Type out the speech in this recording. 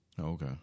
Okay